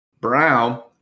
Brown